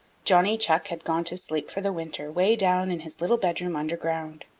johnny chuck had gone to sleep for the winter way down in his little bedroom under ground.